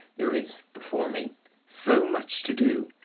there is before me so much to do,